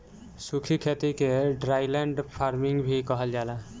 सूखी खेती के ड्राईलैंड फार्मिंग भी कहल जाला